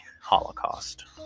Holocaust